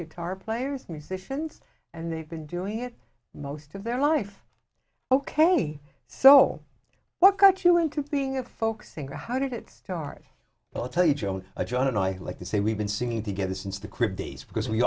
guitar players musicians and they've been doing it most of their life ok so what got you into being a folk singer how did it start but i'll tell you joan john and i like to say we've been singing together since the crypt days because we